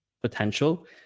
potential